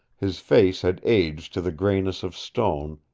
his face had aged to the grayness of stone,